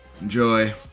Enjoy